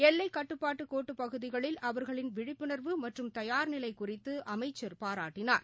எல்லைக்கட்டுப்பாட்டுகோட்டு பகுதிகளில் அவர்களின் விழிப்புணர்வு மற்றும் தயார்நிலை குறித்து அமைச்சர் பாராட்டினார்